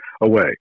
away